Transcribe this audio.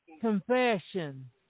confession